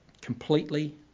Completely